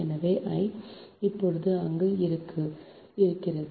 எனவேI இப்போது அங்கு இருக்கிறது